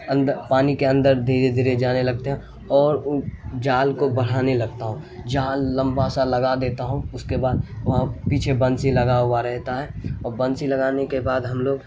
اندر پانی کے اندر دھیرے دھیرے جانے لگتے ہیں اور جال کو بڑھانے لگتا ہوں جال لمبا سا لگا دیتا ہوں اس کے بعد وہاں پیچھے بنسی لگا ہوا رہتا ہے اور بنسی لگانے کے بعد ہم لوگ